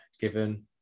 given